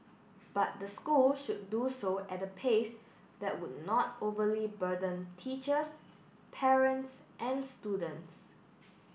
but the school should do so at a pace that would not overly burden teachers parents and students